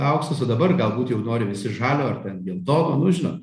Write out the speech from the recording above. auksas o dabar galbūt jau nori visi žalio ar ten geltono nu žinot